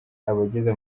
abageze